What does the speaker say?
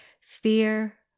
Fear